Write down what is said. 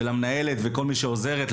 של המנהלת וכל מי שעוזרת למנהלת.